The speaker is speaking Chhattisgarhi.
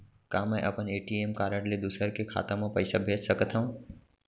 का मैं अपन ए.टी.एम कारड ले दूसर के खाता म पइसा भेज सकथव?